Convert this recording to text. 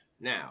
now